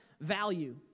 value